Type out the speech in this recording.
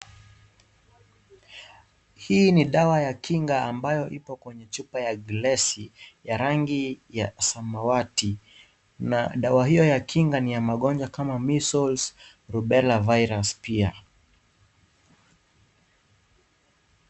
Hii ni dawa ya kinga ambayo ipo kwenye chupa ya rangi ya gesi, ya rangi ya samawati. Na dawa hiyo ya kinga ni ya magonjwa kama vile, measles, rubella virus pia.